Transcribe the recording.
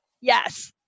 Yes